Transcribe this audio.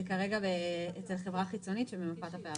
וכרגע זה אצל חברה חיצונית שממפה את הפערים.